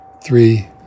three